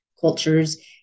cultures